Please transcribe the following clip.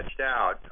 out